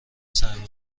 سرمایه